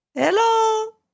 Hello